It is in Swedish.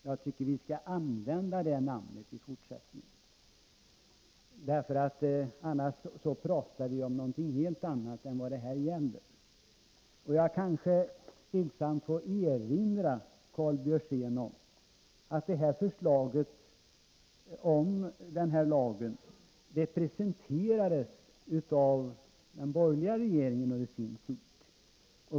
Jag tycker att vi skall använda det namnet i fortsättningen — annars talar vi om något helt annat än vad det egentligen gäller. Jag kanske stillsamt får erinra Karl Björzén om att förslaget om den här lagen presenterades av den borgerliga regeringen.